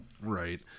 Right